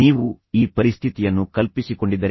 ನೀವು ಈ ಪರಿಸ್ಥಿತಿಯನ್ನು ಕಲ್ಪಿಸಿಕೊಂಡಿದ್ದರೆ